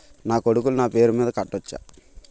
నా కొడుకులు నా పేరి మీద కట్ట వచ్చా?